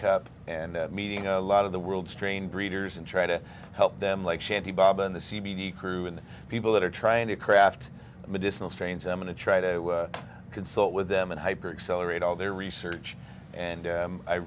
cup and meeting a lot of the world's train breeders and try to help them like shanty bob and the c b d crew and people that are trying to craft medicinal strains i'm going to try to consult with them and hyper accelerate all their research and